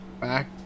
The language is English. back